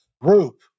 group